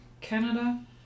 Canada